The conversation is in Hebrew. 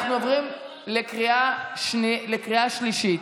אנחנו עוברים לקריאה שלישית.